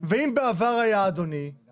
ואם היה בעבר, אדוני, אז